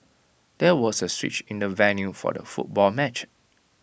there was A switch in the venue for the football match